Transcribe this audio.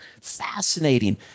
fascinating